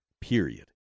period